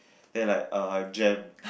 then like uh have jam